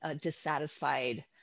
dissatisfied